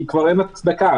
כי כבר אין הצדקה.